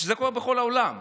וזה קורה בכל העולם,